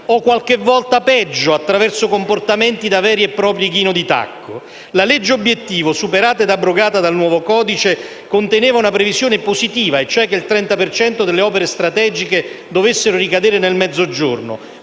o qualche volta peggio, attraverso comportamenti da veri e propri Ghino di Tacco. La legge obiettivo, superata ed abrogata dal nuovo codice, conteneva una previsione positiva, e cioè che il 30 per cento delle opere strategiche dovessero ricadere nel Mezzogiorno.